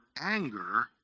anger